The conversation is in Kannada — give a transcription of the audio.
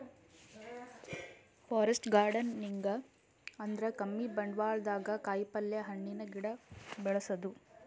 ಫಾರೆಸ್ಟ್ ಗಾರ್ಡನಿಂಗ್ ಅಂದ್ರ ಕಮ್ಮಿ ಬಂಡ್ವಾಳ್ದಾಗ್ ಕಾಯಿಪಲ್ಯ, ಹಣ್ಣಿನ್ ಗಿಡ ಬೆಳಸದು